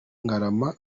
ngarama